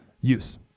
use